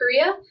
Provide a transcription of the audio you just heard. Korea